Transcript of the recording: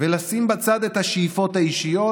ולשים בצד את השאיפות האישיות,